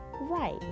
right